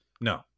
no